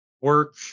work